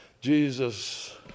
Jesus